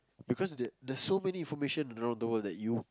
because there there are so many information around the world that you